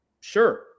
sure